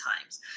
times